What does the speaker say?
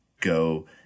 go